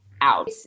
out